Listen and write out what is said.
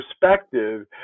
perspective